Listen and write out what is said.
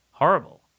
Horrible